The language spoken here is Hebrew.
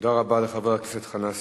תודה רבה לחבר הכנסת חנא סוייד.